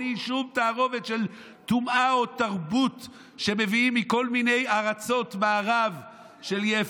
בלי שום תערובת של טומאה או תרבות שמביאים מכל מיני ארצות מערב של יפת.